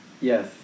Yes